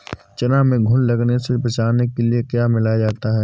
चना में घुन लगने से बचाने के लिए क्या मिलाया जाता है?